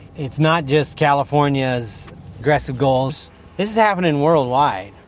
it's not just california's aggressive goals, this is happening worldwide,